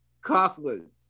Coughlin